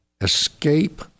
escape